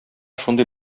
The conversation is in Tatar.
шундый